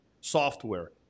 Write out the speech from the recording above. Software